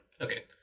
Okay